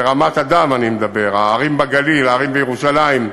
ברמת אדם, אני מדבר, ההרים בגליל, ההרים בירושלים,